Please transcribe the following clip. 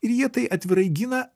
ir jie tai atvirai gina